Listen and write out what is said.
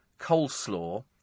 coleslaw